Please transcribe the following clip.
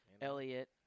Elliot